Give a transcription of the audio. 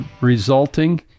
resulting